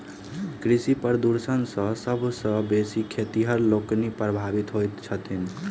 कृषि प्रदूषण सॅ सभ सॅ बेसी खेतिहर लोकनि प्रभावित होइत छथि